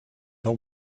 the